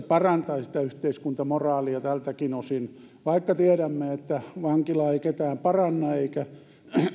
parantaisi sitä yhteiskuntamoraalia tältäkin osin vaikka tiedämme että vankila ei ketään paranna eikä